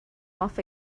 off